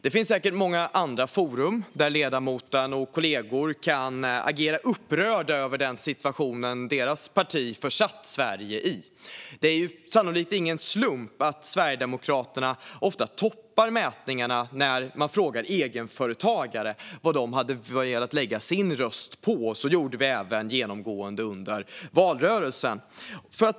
Det finns säkert många andra forum där ledamoten och hans kollegor kan agera upprörda över den situation deras parti försatt Sverige i. Det är sannolikt ingen slump att Sverigedemokraterna ofta toppar mätningarna när man frågar egenföretagare vilka de hade velat lägga sin röst på. Så gjorde vi även genomgående under valrörelsen.